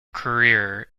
career